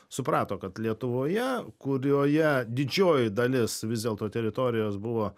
suprato kad lietuvoje kurioje didžioji dalis vis dėlto teritorijos buvo